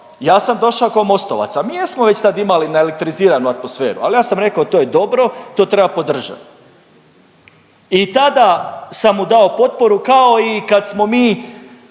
ja sam došao kao Mostovac, a mi jesmo već tad imali naelektriziranu atmosferu, ali ja sam rekao to je dobro, to treba podržat. I tada sam mu dao potporu kao i kad smo mi